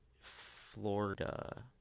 Florida